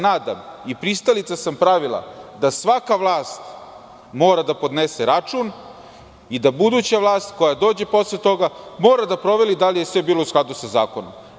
Nadam se i pristalica sam pravila da svaka vlast mora da podnese račun i da buduća vlast koja dođe posle toga mora da proveri da li je sve bilo u skladu sa zakonom.